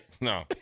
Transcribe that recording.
no